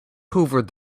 hoovered